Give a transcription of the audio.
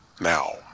now